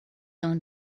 own